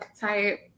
type